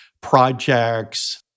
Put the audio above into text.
projects